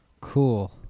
Cool